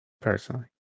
personally